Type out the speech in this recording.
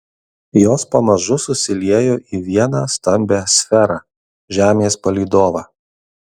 jos pamažu susiliejo į vieną stambią sferą žemės palydovą